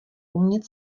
umět